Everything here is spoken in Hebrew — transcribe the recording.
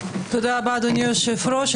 תודה רבה אדוני היושב ראש.